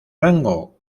rango